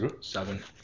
seven